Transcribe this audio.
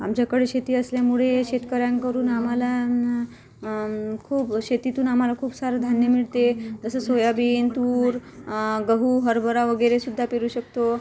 आमच्याकडे शेती असल्यामुळे शेतकऱ्यांकडून आम्हाला खूप शेतीतून आम्हाला खूप सारं धान्य मिळते जसं सोयाबीन तूर गहू हरभरा वगैरे सुद्धा पेरु शकतो